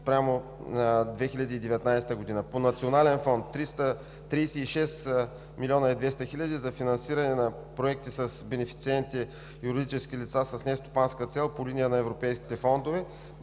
спрямо 2019 г.; - по Национален фонд – 36,2 млн. лв. за финансиране на проекти с бенефициенти, юридически лица с нестопанска цел по линия на Европейските фондове;